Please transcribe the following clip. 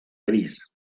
gris